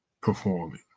performing